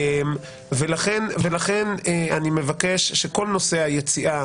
לכן אני מבקש שכל נושא היציאה